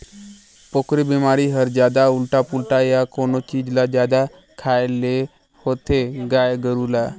पोकरी बेमारी हर जादा उल्टा पुल्टा य कोनो चीज ल जादा खाए लेहे ले होथे गाय गोरु ल